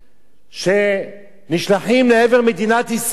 שנשלחים לעבר מדינת ישראל.